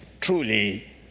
truly